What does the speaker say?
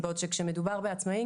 בעוד שכאשר מדובר בעצמאים,